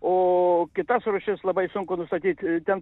o kitas rūšis labai sunku nustatyt ten